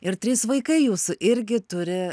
ir trys vaikai jūsų irgi turi